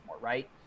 right